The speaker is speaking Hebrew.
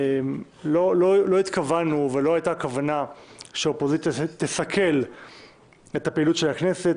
לא הייתה כוונה שהאופוזיציה תסכל את הפעילות של הכנסת,